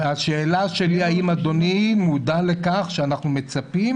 השאלה שלי האם אדוני מודע לכך שאנחנו מצפים